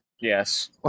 Yes